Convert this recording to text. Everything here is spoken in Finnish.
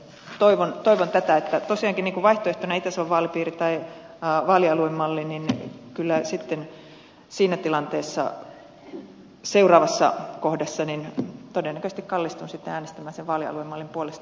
toivon tätä ja jos tosiaankin vaihtoehtoina ovat itä suomen vaalipiiri ja vaalialuemalli niin kyllä sitten siinä tilanteessa seuraavassa kohdassa todennäköisesti kallistun sitten äänestämään sen vaalialuemallin puolesta